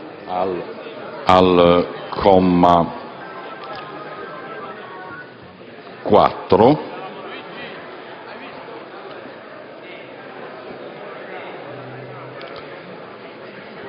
al comma 1